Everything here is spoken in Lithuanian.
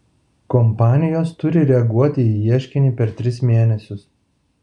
kompanijos turi reaguoti į ieškinį per tris mėnesius